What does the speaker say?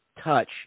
touch